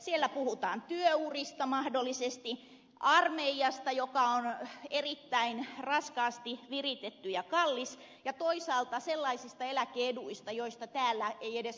siellä puhutaan mahdollisesti työurista armeijasta joka on erittäin raskaasti viritetty ja kallis ja toisaalta sellaisista eläke eduista joista täällä ei edes unta nähdä